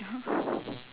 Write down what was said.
!huh!